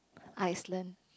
Iceland